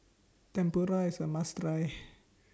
Tempura IS A must Try